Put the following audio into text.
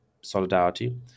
solidarity